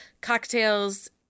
cocktails